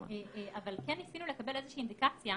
אבל כן ניסינו לקבל איזה שהיא אינדיקציה